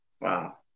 Wow